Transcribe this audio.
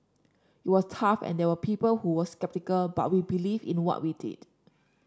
it was tough and there were people who were sceptical but we believed in what we did